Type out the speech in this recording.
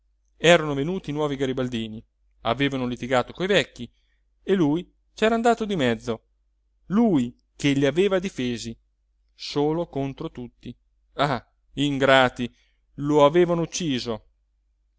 erano venuti i nuovi garibaldini avevano litigato coi vecchi e lui c'era andato di mezzo lui che li aveva difesi solo contro tutti ah ingrati lo avevano ucciso